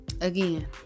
again